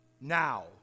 now